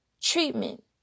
treatment